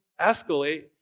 escalate